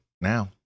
now